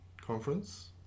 conference